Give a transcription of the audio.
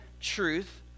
truth